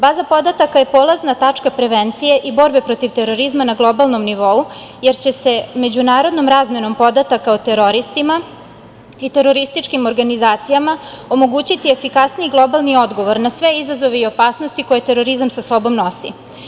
Baza podataka je polazna tačka prevencije i borbe protiv terorizma na globalnom nivou, jer će se međunarodnom razmenom podataka o teroristima i terorističkim organizacijama omogućiti efikasniji globalni odgovor na sve izazove i opasnosti koje terorizam sa sobom nosi.